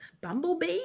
bumblebee